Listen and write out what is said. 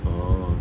oh